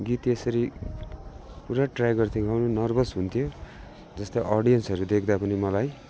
गीत त्यसरी पुरा ट्राई गर्थेँ गाउनु नर्भस हुन्थ्यो जस्तै अडियन्सहरू देख्दा पनि मलाई